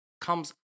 comes